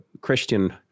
Christian